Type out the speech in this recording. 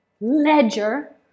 ledger